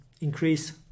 increase